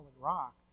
rock